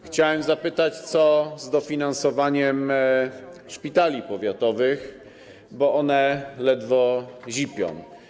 Chciałbym zapytać, co z dofinansowaniem szpitali powiatowych, bo one ledwo zipią.